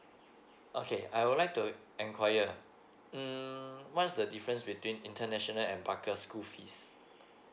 okay I would like to enquiry um what's the difference between international and barker school fees